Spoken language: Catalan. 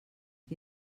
qui